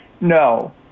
No